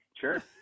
Sure